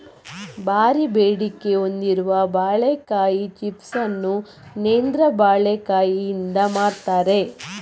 ಭಾರೀ ಬೇಡಿಕೆ ಹೊಂದಿರುವ ಬಾಳೆಕಾಯಿ ಚಿಪ್ಸ್ ಅನ್ನು ನೇಂದ್ರ ಬಾಳೆಕಾಯಿಯಿಂದ ಮಾಡ್ತಾರೆ